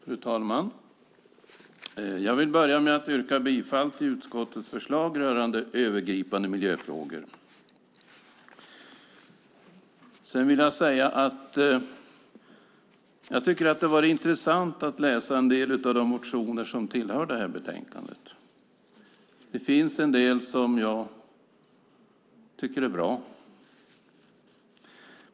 Fru talman! Jag vill börja med att yrka bifall till utskottets förslag rörande övergripande miljöfrågor. Det har varit intressant att läsa en del av de motioner som tillhör betänkandet. Det finns en del som jag tycker är bra.